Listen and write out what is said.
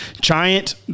giant